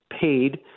paid